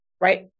right